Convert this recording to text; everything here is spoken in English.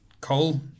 coal